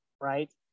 right